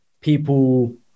people